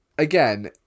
Again